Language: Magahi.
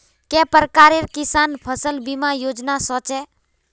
के प्रकार किसान फसल बीमा योजना सोचें?